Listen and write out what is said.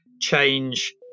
change